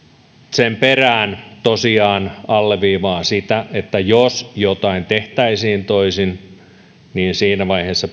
sen perään tosiaan alleviivaan sitä että jos jotain tehtäisiin toisin niin siinä vaiheessa